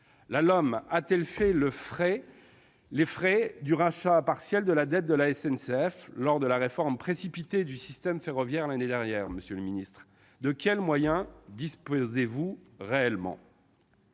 La LOM a-t-elle fait les frais du rachat partiel de la dette de la SNCF lors de la réforme précipitée du système ferroviaire l'année dernière, monsieur le secrétaire d'État ? De quels moyens disposez-vous réellement ?